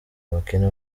abakene